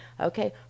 okay